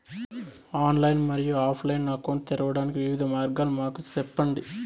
Online మరియు offline account తెరవడానికి వివిధ మార్గాలు మాకు సెప్పండి?